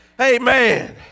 Amen